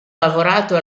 lavorato